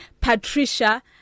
Patricia